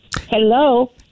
Hello